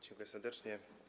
Dziękuję serdecznie.